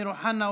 אמיר אוחנה,